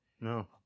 No